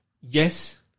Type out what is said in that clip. Yes